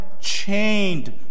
chained